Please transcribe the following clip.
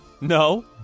No